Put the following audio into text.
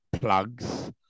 plugs